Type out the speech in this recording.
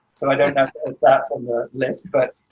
so i don't know if that's on the list, but,